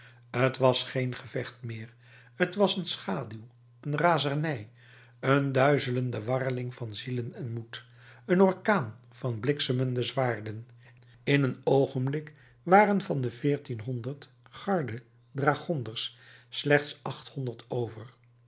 t was geen gevecht meer t was een schaduw een razernij een duizelende dwarreling van zielen en moed een orkaan van bliksemende zwaarden in een oogenblik waren van de veertienhonderd garde dragonders slechts achthonderd over